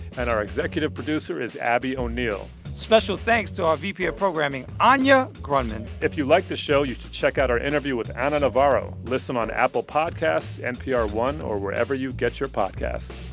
and our executive producer is abby o'neill special thanks to our vp of programming, anya grundmann if you liked this show, you should check out our interview with ana navarro. listen on apple podcasts, npr one or wherever you get your podcasts